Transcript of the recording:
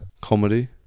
comedy